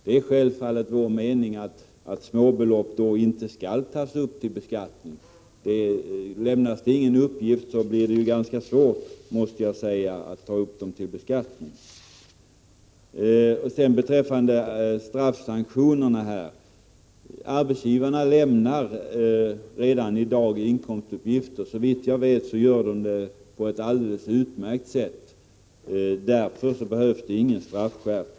Det är självfallet vår mening att småbelopp inte skall tas upp till beskattning. Lämnas det ingen uppgift, blir det ganska svårt, måste jag säga, att ta upp dem till beskattning. I fråga om straffsanktionerna vill jag säga att arbetsgivarna redan i dag lämnar inkomstuppgifter. Såvitt jag vet, gör de det på ett alldeles utmärkt sätt. Därför behövs det ingen straffskärpning.